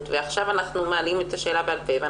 ועכשיו אנחנו מעלים את השאלה בעל פה.